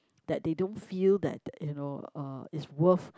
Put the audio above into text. that they don't feel that you know uh it's worth